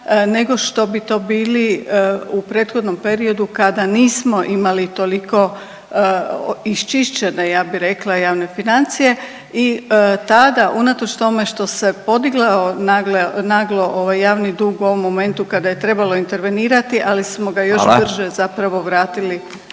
nego što bi to bili u prethodnom periodu kada nismo imali toliko iščišćene ja bi rekla javne financije i tada unatoč tome što se podigla naglo, naglo ovaj javni dug u ovom momentu kada je trebalo intervenirati, ali smo ga još brže…/Upadica